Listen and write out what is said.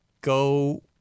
Go